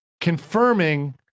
confirming